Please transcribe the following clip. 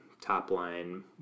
top-line